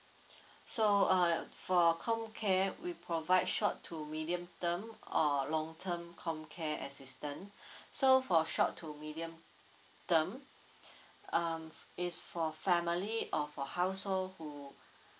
so uh for comcare we provide short to medium term or long term comcare assistant so for short to medium term um it's for family or for household who